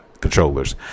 controllers